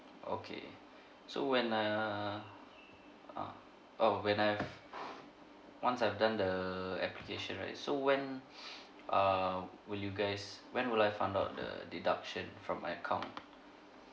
okay so when err ah oh when I've once I've done the application right so when err would you guys when would I found out the deduction from my account